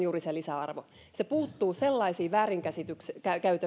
juuri se lisäarvo se puuttuu sellaisiin väärinkäytöksiin